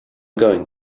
going